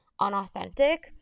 unauthentic